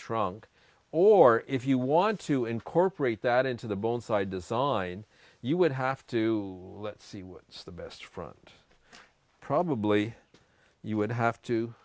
trunk or if you want to incorporate that into the bone side design you would have to let's see what's the best front probably you would have to